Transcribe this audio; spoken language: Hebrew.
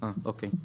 אה אוקיי.